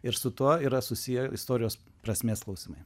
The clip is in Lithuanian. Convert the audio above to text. ir su tuo yra susiję istorijos prasmės klausimai